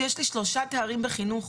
יש לי שלושה תארים בחינוך.